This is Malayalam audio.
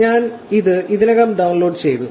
ഞാൻ ഇത് ഇതിനകം ഡൌൺലോഡ് ചെയ്തു